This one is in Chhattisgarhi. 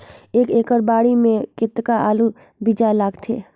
एक एकड़ बाड़ी मे कतेक आलू बीजा लगथे?